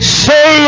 say